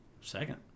Second